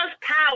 power